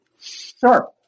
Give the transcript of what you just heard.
Sure